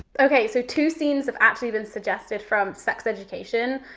okay, so two scenes have actually been suggested from sex education,